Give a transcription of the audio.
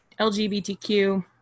LGBTQ